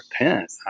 repent